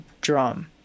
drum